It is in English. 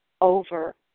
over